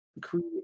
Create